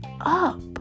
up